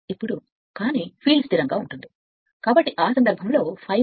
ఇప్పుడు కానీ ఫీల్డ్ స్థిరంగా ఉంటుంది కాబట్టి ఆ సందర్భంలో ∅1 ∅ 2